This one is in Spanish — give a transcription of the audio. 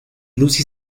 lucy